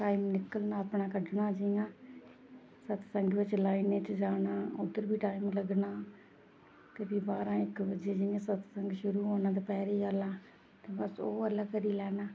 time निकलना अपना कट्ढना जियां सतसंग बिच्च लाइनें च जाना उद्धर बी टाइम लग्गना ते फ्ही बारां इक बजे जियां सतसंग शुरू होना ते दपैह्री आह्ला ते बस ओह् आह्ला करी लैना